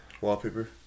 Wallpaper